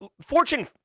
Fortune